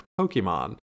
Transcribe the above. Pokemon